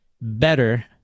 better